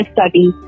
study